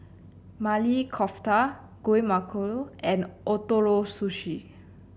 Maili Kofta Guacamole and Ootoro Sushi